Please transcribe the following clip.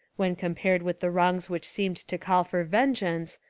when compared with the wrongs which seemed to call for vengeance,